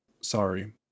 Sorry